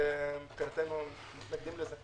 ומבחינתנו אנחנו מתנגדים לזה.